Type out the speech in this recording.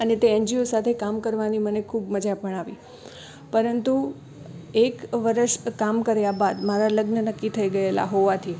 અને તે N G O સાથે કામ કરવાની મને ખૂબ મજા પણ આવી પરંતુ એક વર્ષ કામ કર્યા બાદ મારા લગ્ન નક્કી થઇ ગયેલાં હોવાથી